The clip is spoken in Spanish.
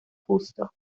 justo